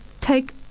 take